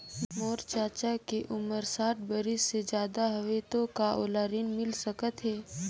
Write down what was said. मोर चाचा के उमर साठ बरिस से ज्यादा हवे तो का ओला ऋण मिल सकत हे?